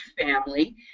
family